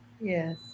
Yes